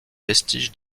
vestiges